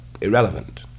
irrelevant